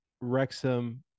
Wrexham